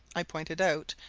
i pointed out,